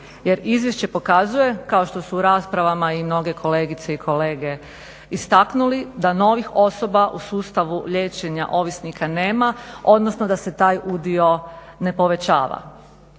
Jer izvješće poikazuje kao što su u raspravama i mnoge kolegice i kolege istaknuli da novih osoba u sustavu liječenja ovisnika nema odnosno da se taj udio ne povećava.